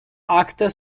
actor